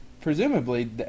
presumably